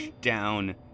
down